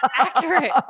Accurate